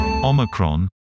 Omicron